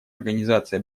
организации